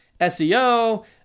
SEO